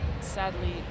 sadly